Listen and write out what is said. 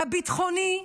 הביטחוני,